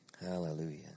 Hallelujah